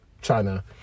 china